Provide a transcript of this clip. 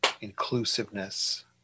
inclusiveness